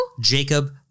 Jacob